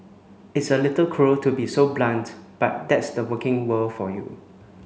it's a little cruel to be so blunt but that's the working world for you